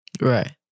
Right